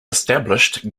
established